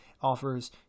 offers